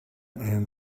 and